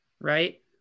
right